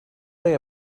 play